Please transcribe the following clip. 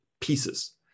pieces